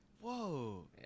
Whoa